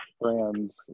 brands